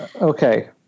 Okay